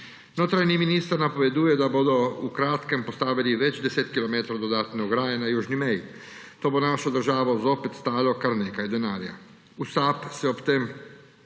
Notranji minister napoveduje, da bodo v kratkem postavili več deset kilometrov dodatne ograje na južni meji. To bo našo državo zopet stalo kar nekaj denarja. V SAB se ob tem